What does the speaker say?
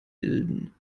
bilden